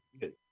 good